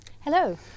Hello